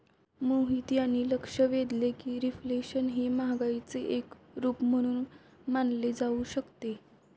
मोहित यांनी लक्ष वेधले की रिफ्लेशन हे महागाईचे एक रूप म्हणून मानले जाऊ शकते